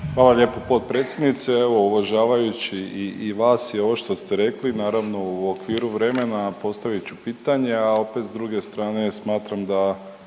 Hvala lijepo potpredsjednice, evo uvažavajući i vas i ovo što ste rekli, naravno u okviru vremena, postavit ću pitanje, a opet s druge strane, smatram da